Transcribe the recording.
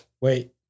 wait